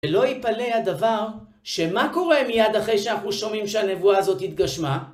ולא יפלא הדבר, שמה קורה מיד אחרי שאנחנו שומעים שהנבואה הזאת התגשמה?